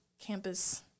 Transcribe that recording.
campus